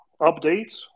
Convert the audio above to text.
updates